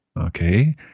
Okay